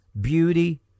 beauty